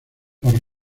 los